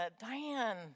Diane